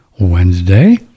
Wednesday